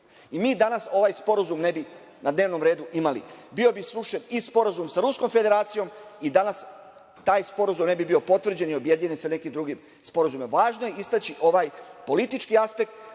I mi danas ovaj sporazum ne bi na dnevnom redu imali. Bio bi srušen i Sporazum sa Ruskom Federacijom i danas taj sporazum ne bi bio potvrđen i objedinjen sa nekim drugim sporazumima. Važno je istaći ovaj politički aspekt